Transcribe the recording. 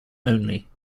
only